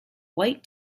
white